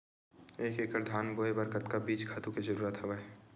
एक एकड़ धान बोय बर कतका बीज खातु के जरूरत हवय?